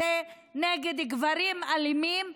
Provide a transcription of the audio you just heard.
נגד גברים אלימים,